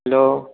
hello